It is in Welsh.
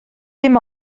dim